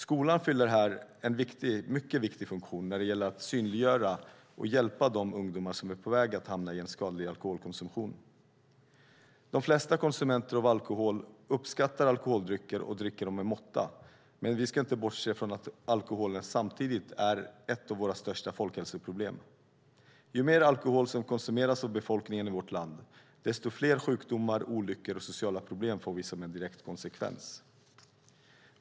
Skolan fyller här en mycket viktig funktion när det gäller att synliggöra och hjälpa de ungdomar som är på väg att hamna i en skadlig alkoholkonsumtion. De flesta konsumenter av alkohol uppskattar alkoholdrycker och dricker dem med måtta, men vi ska inte bortse från att alkoholen samtidigt är ett av våra största folkhälsoproblem. Ju mer alkohol som konsumeras av befolkningen i vårt land, desto fler sjukdomar, olyckor och sociala problem får vi som en direkt konsekvens.